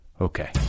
Okay